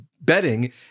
betting